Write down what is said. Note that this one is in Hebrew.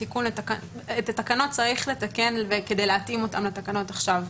את התקנות צריך לתקן כדי להתאים אותן לתקנות עכשיו.